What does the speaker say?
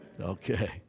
Okay